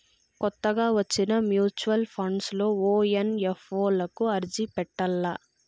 కొత్తగా వచ్చిన mutual funds లో ఓ ఎన్.ఎఫ్.ఓ లకు అర్జీ పెట్టల్ల